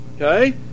Okay